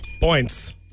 Points